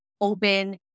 open